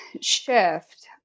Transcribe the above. shift